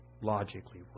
logically